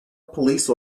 police